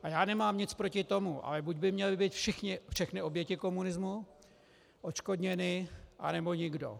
A já nemám nic proti tomu, ale buď by měly být všechny oběti komunismu odškodněny, anebo nikdo.